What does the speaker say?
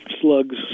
slugs